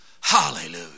Hallelujah